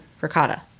ricotta